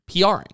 PRing